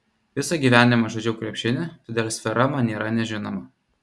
visą gyvenimą žaidžiau krepšinį todėl sfera man nėra nežinoma